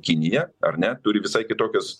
kinija ar ne turi visai kitokias